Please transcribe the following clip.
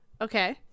Okay